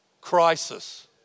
Crisis